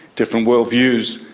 different worldviews,